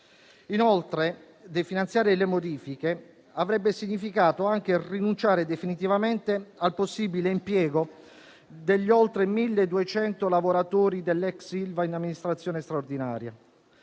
Inoltre, definanziare le modifiche avrebbe significato anche rinunciare definitivamente al possibile impiego degli oltre 1.200 lavoratori dell'ex Ilva in amministrazione straordinaria.